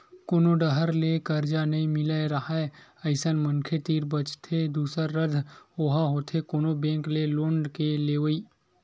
कोनो डाहर ले करजा नइ मिलत राहय अइसन मनखे तीर बचथे दूसरा रद्दा ओहा होथे कोनो बेंक ले लोन के लेवई